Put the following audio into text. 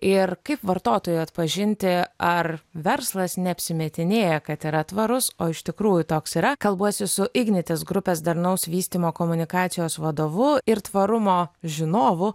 ir kaip vartotojui atpažinti ar verslas neapsimetinėja kad yra tvarus o iš tikrųjų toks yra kalbuosi su ignitis grupės darnaus vystymo komunikacijos vadovu ir tvarumo žinovu